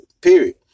period